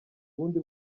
ubundi